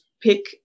pick